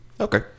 Okay